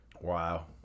Wow